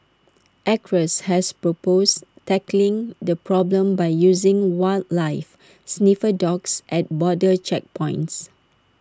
acres has proposed tackling the problem by using wildlife sniffer dogs at border checkpoints